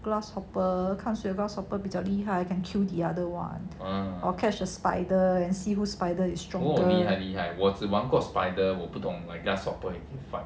grasshopper 看谁的 grasshopper 比较厉害 can kill the other [one] or catch a spider and see whose spider is stronger